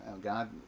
God